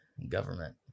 government